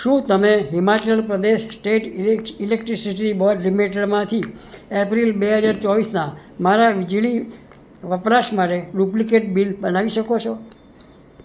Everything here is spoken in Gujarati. શું તમે Himachal Pradesh state electricity board લિમિટેડમાંથી એપ્રિલ બે હજાર ચોવીસના મારા વીજળી વપરાશ માટે ડુપ્લિકેટ બિલ બનાવી શકો છો